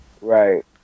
Right